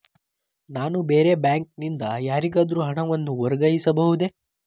ನಾನು ಬೇರೆ ಬ್ಯಾಂಕ್ ನಿಂದ ಯಾರಿಗಾದರೂ ಹಣವನ್ನು ವರ್ಗಾಯಿಸಬಹುದೇ?